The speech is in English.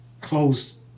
close